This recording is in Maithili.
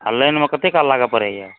आ लाइन मे कते काल लागऽ पड़ैया